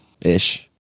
Ish